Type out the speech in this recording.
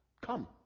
come